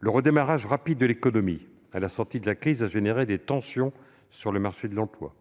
Le redémarrage rapide de l'économie, à la sortie de la crise, a créé des tensions sur le marché de l'emploi,